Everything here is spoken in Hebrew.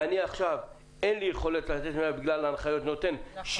ועכשיו אין לי יכולת לתת 100 בגלל ההנחיות ולכן אני נותן 60